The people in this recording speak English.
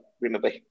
remember